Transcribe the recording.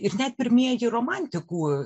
ir net pirmieji romantikų